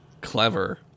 clever